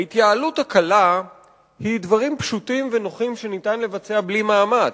ההתייעלות הקלה היא דברים פשוטים ונוחים שניתן לבצע בלי מאמץ.